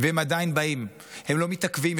והם עדיין באים, הם לא מתעכבים.